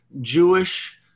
Jewish